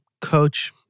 coach